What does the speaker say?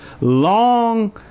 long